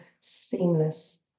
seamless